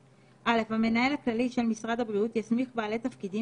(א) המנהל הכללי של שמרד הבריאות יסמיך בעלי תפקידים